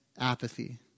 apathy